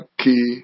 key